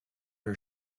her